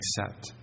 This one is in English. accept